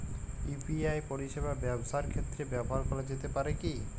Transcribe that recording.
UPI পরিষেবা ব্যবসার ক্ষেত্রে ব্যবহার করা যেতে পারে কি?